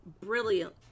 brilliant